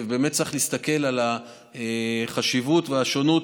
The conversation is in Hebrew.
ובאמת צריך להסתכל על החשיבות והשונות,